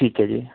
ਠੀਕ ਹੈ ਜੀ